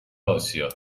آسیا